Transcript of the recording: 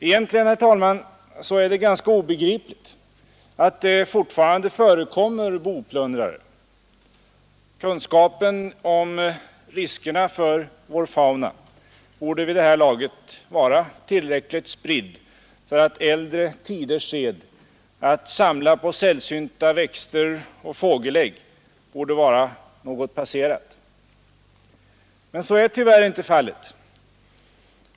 Egentligen, herr talman, är det ganska obegripligt att det fortfarande förekommer boplundrare. Kunskapen om riskerna för vår fauna borde vid det här laget vara tillräckligt spridd för att äldre tiders sed att samla på sällsynta växter och fågelägg skulle vara något passerat. Men så är tyvärr inte fallet.